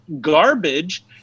garbage